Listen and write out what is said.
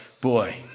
boy